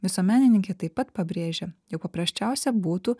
visuomenininkė taip pat pabrėžia jog paprasčiausia būtų